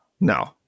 No